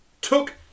took